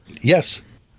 Yes